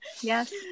yes